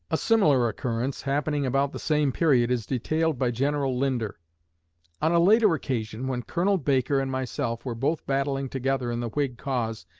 a similar occurrence, happening about the same period, is detailed by general linder on a later occasion, when colonel baker and myself were both battling together in the whig cause,